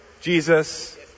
Jesus